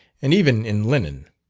and even in linen.